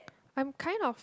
I'm kind of